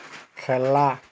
খেলা